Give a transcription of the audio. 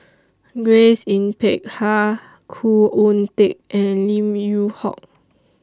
Grace Yin Peck Ha Khoo Oon Teik and Lim Yew Hock